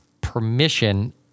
permission